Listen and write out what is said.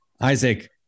Isaac